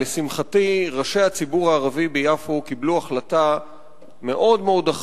ולשמחתי ראשי הציבור הערבי ביפו קיבלו החלטה אחראית